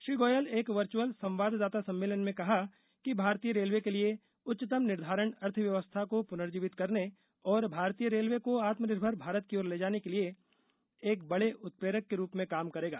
श्री गोयल एक वचूर्अल संवाददाता सम्मेलन में कहा कि भारतीय रेलवे के लिए उच्चतम निर्धारण अर्थव्यवस्था को पुनर्जीवित करने और भारतीय रेलवे को आत्मनिर्मर भारत की ओर ले जाने के लिए एक बड़े उत्प्रेरक के रूप में काम करेगा